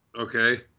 Okay